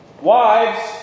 Wives